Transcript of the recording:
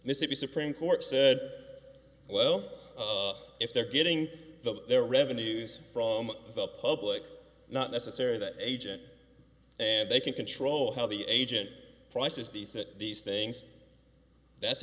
mississippi supreme court said well if they're getting their revenues from the public not necessarily that agent and they can control how the agent price is the thing these things that's